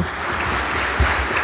**Ivica